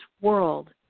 world